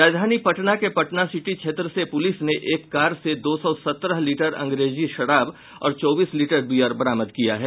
राजधानी पटना के पटनासिटी क्षेत्र से पुलिस ने एक कार से दो सौ सत्रह लीटर अंगरेजी शराब और चौबीस लीटर बियर बरामद किया है